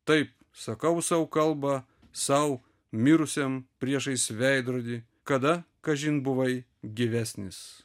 taip sakau sau kalbą sau mirusiam priešais veidrodį kada kažin buvai gyvesnis